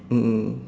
mm mm